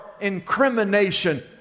incrimination